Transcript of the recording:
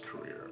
career